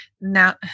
now